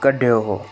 कढियो हो